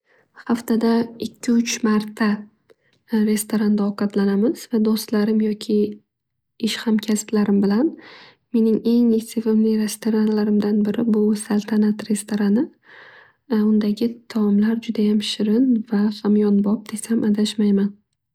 Haftada ikki uch marta restoranda ovqatlanamiz. Do'stlarim yoki ish hamkasblarim bn. Mening eng sevimli restoranlarimdan biri bu saltanat restorani. Undagi taomlar juda ham shirin va hamyonbop desam adashmayman.